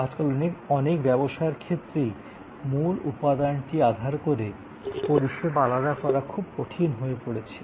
আজকাল অনেক ব্যবসায়ের ক্ষেত্রেই মূল উপাদানটি আধার করে পরিষেবা আলাদা করা খুব কঠিন হয়ে পড়েছে